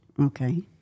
Okay